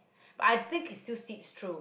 but I think it still seeps through